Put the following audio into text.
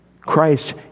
Christ